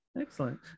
Excellent